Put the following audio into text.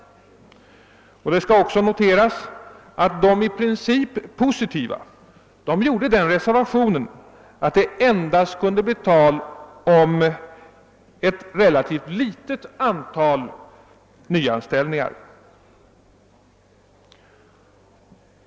Det skall också noteras att de som i princip ställde sig positiva gjorde den reservationen, att det endast kunde bli fråga om ett relativt litet antal nyanställningar.